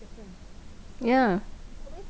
yeah